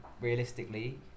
realistically